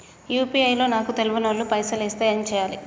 UPI లో నాకు తెల్వనోళ్లు పైసల్ ఎస్తే ఏం చేయాలి?